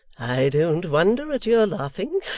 i don't wonder at your laughing,